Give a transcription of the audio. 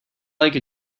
like